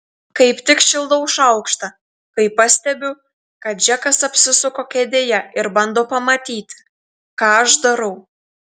kaip tik šildau šaukštą kai pastebiu kad džekas apsisuko kėdėje ir bando pamatyti ką aš darau